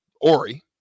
Ori